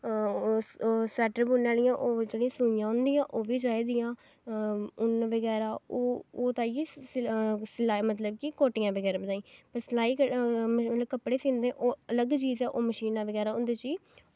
ओह् स्वैटर बुनने आह्लियां सूइयां होंदियां ओह्बी चाही दियां उन्न बगैरा ओह् ताहीं बगैरा बनाई मतलब कोटियां बगैरा बनाई सिलाई ओह् कपड़े सीदे अलग चीज ऐ ओह् मशीनां बगैरा च